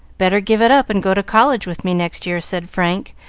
better give it up and go to college with me next year, said frank,